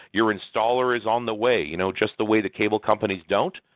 your installer is on the way. you know just the way that cable companies don't,